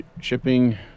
Shipping